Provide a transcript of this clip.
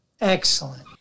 Excellent